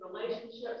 relationships